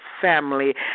family